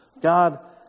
God